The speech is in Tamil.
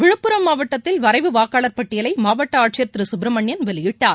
விழுப்புரம் மாவட்டத்தில் வரைவு வாக்காளர் பட்டியலை மாவட்ட ஆட்சியர் திரு சுப்பிரமணியன் வெளியிட்டார்